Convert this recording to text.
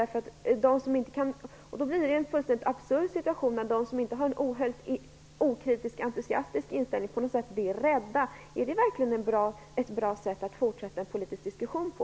Det blir en fullständigt absurd situation när de som inte har en ohöljd, okritiskt entusiastisk inställning på något sätt blir rädda. Är det verkligen ett bra sätt att fortsätta en politisk diskussion på?